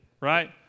right